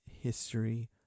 history